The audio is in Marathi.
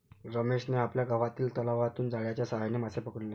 रमेशने आपल्या गावातील तलावातून जाळ्याच्या साहाय्याने मासे पकडले